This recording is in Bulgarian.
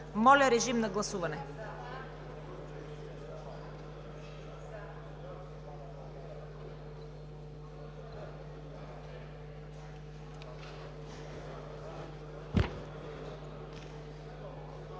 Моля, режим на гласуване.